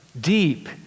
deep